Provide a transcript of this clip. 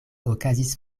okazis